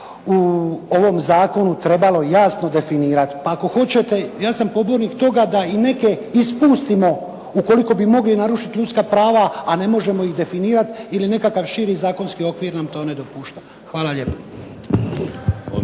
u ovom zakonu, trebalo jasno definirati. Pa ako hoćete ja sam pobornik toga da i neke ispustimo ukoliko bi mogli narušiti ljudska prava, a ne možemo ih definirati ili nekakav širi zakonski okvir nam to ne dopušta. Hvala lijepo.